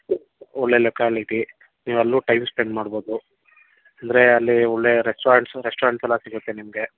ಒಳ್ಳೆಯ ಲೋಕಾಲಿಟಿ ನೀವಲ್ಲೂ time spend ಮಾಡ್ಬೋದು ಅಂದರೆ ಅಲ್ಲಿ ಒಳ್ಳೆಯ ರೆಸ್ಟೊರಂಟ್ಸ್ ರೆಸ್ಟೊರಂಟ್ಸ್ ಎಲ್ಲ ಸಿಗತ್ತೆ ನಿಮಗೆ